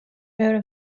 მეორე